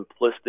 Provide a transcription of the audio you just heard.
simplistic